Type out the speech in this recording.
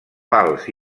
pals